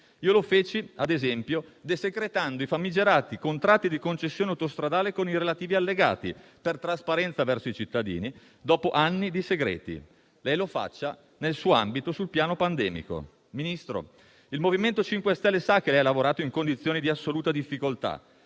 Io lo feci, ad esempio, desecretando i famigerati contratti di concessione autostradale, con i relativi allegati, per trasparenza verso i cittadini dopo anni di segreti. Lei lo faccia, nel suo ambito, sul piano pandemico. Signor Ministro, il MoVimento 5 Stelle sa che lei ha lavorato in condizioni di assoluta difficoltà